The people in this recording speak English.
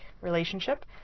relationship